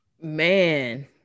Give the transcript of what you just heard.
Man